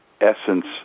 essence